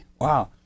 Wow